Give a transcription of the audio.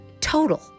Total